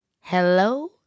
hello